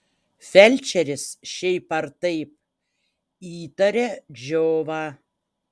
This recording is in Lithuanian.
felčeris šiaip ar taip įtaria džiovą